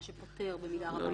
מה שפותר במידה רבה.